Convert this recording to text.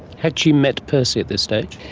had she met percy at this stage?